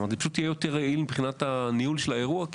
פשוט יהיה יותר יעיל מבחינת ניהול האירוע.